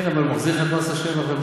כן, אבל הוא מחזיר לך את מס השבח במענק.